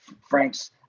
Frank's